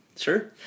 Sure